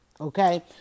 Okay